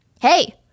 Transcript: Hey